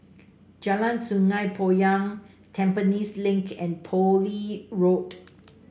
Jalan Sungei Poyan Tampines Link and Poole Road